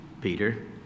Peter